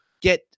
get